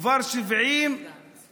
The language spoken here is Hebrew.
כבר 70 שנים,